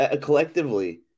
collectively